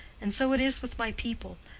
and so it is with my people.